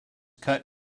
cut